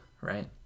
right